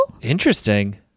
Interesting